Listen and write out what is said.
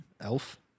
elf